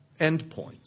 endpoints